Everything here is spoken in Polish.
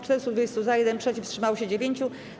420 - za, 1 - przeciw, wstrzymało się 9.